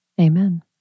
Amen